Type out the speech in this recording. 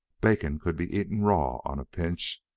bacon could be eaten raw on a pinch,